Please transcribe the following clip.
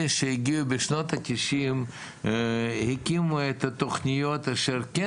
אלה שהגיעו בשנות התשעים הקימו את התכניות אשר כן